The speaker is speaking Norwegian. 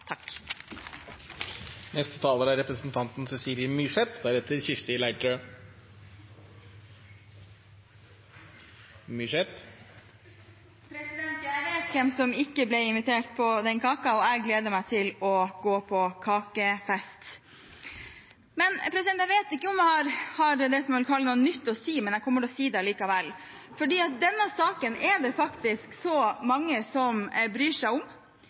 Jeg vet hvem som ikke ble invitert på den kaka, og jeg gleder meg til å gå på kakefest. Jeg vet ikke om jeg har det som jeg vil kalle «noe nytt» å si, men jeg kommer til å si det allikevel, for denne saken er det mange som bryr seg om,